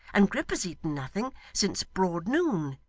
and grip has eaten nothing since broad noon.